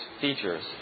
features